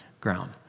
ground